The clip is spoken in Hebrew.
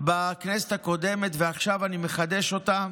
בכנסת הקודמת ועכשיו אני מחדש אותה,